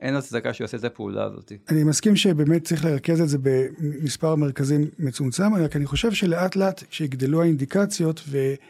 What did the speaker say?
אין עוד צדקה שעושה את הפעולה הזאתי. אני מסכים שבאמת צריך לרכז את זה במספר מרכזים מצומצם, רק אני חושב שלאט לאט שיגדלו האינדיקציות ו...